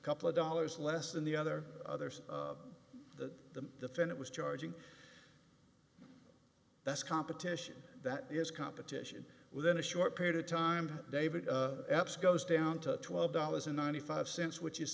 couple of dollars less than the other others the defend it was charging that's competition that is competition within a short period of time david eps goes down to twelve dollars and ninety five cents which is